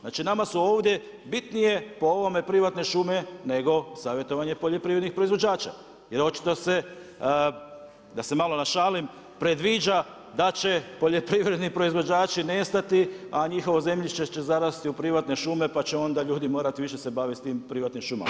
Znači nama su ovdje bitnije po ovome privatne šume, nego savjetovanje poljoprivrednih proizvođača, jer očito se, da se malo našalim, predviđa da će poljoprivredni proizvođači nestali, a njihovo zemljište će zarasti u privatne šume, pa će onda ljudi morati više se baviti s tim privatnim šumama.